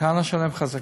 הטענה שלהם חזקה.